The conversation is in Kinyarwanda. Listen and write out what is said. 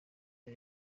bya